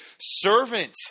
servant